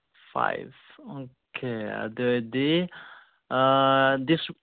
five okay ꯑꯗꯨꯑꯣꯏꯗꯤ this